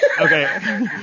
Okay